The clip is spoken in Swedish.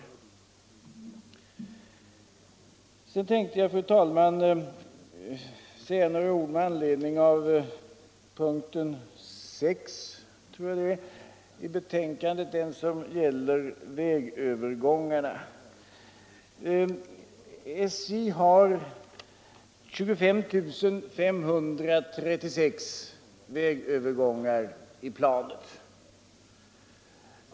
Sedan tänkte jag, fru talman, säga några ord med anledning av punkten 6 i betänkandet som gäller järnvägskorsningar. SJ har 25 536 vägövergångar i markplanet.